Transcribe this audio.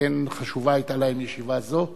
שכן חשובה היתה להם ישיבה זו.